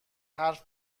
حرف